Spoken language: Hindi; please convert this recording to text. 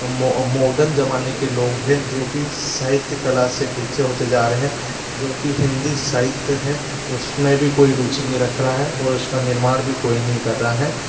मोडर्न जमाने के लोग हें जोकि साहित्य कला से पीछे होते जा रहे हैं जोकि हिन्दी साहित्य हैं उसमें भी कोई रुचि नही रख रहा है और उसका निर्माण भी कोई नही कर रहा है